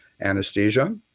anesthesia